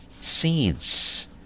Seeds